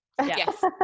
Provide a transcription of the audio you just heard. Yes